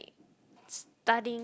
studying